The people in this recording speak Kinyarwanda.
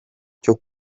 cyo